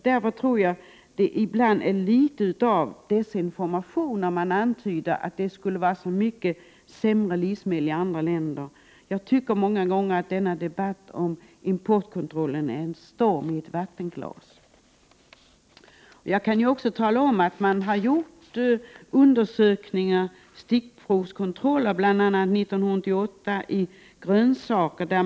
Därför är det något av desinformation när man antyder att det skulle vara så mycket sämre livsmedel i andra länder. Jag tycker att debatten om importkontrollen ofta är en storm i ett vattenglas. Jag kan också tala om att man gjort stickprovskontroller, bl.a. 1988 av grönsaker.